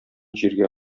җиргә